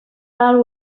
are